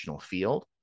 field